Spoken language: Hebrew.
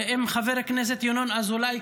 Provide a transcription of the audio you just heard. אם חבר הכנסת ינון אזולאי,